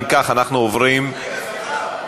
אם כך, אנחנו עוברים, סליחה.